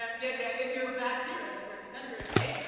ah yeah, yeah, if you're back here in the thirteenth century with me,